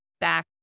back